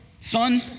son